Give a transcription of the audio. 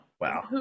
Wow